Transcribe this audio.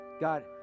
God